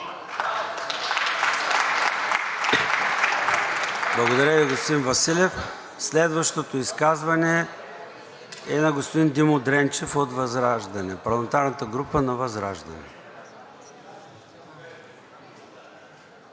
Благодаря Ви, господин Василев. Следващото изказване е на господин Димо Дренчев от парламентарната група на ВЪЗРАЖДАНЕ.